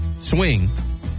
swing